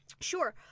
Sure